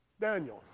Daniel